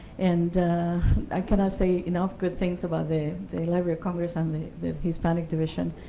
and i cannot say enough good things about the the library of congress and the the hispanic division.